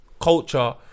culture